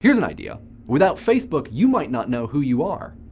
here's an idea without facebook, you might not know who you are.